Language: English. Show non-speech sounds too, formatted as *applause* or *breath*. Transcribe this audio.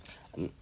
*breath* mm